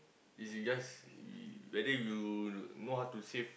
is you just you whether you know how to save